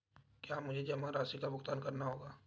क्या मुझे जमा राशि का भुगतान करना होगा?